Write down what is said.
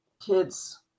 kids